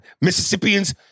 Mississippians